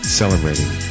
celebrating